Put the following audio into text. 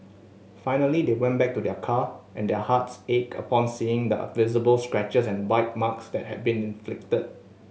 finally they went back to their car and their hearts ached upon seeing the visible scratches and bite marks that had been inflicted